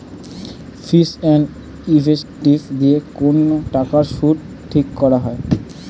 fees and effective দিয়ে কোন টাকার সুদ ঠিক করা হয়